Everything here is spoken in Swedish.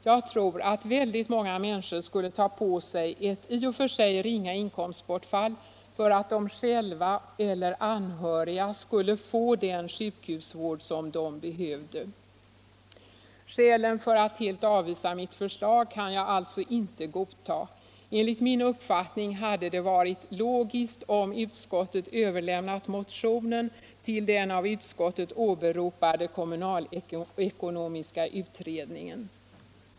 Jag tror att väldigt många människor skulle ta på sig ett i och för sig ringa inkomstbortfall för att de själva eller anhöriga skulle få den sjukhusvård som de behövde. Skälen för att helt avvisa mitt förslag kan jag alltså inte godta. Enligt min uppfattning hade det varit logiskt om utskottet överlämnat motionen till den av utskottet åberopade kommunalekonomiska utredningen.